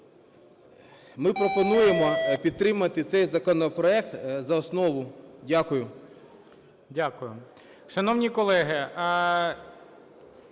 Ми пропонуємо підтримати цей законопроект за основу. Дякую.